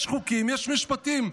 יש חוקים ויש משפטים,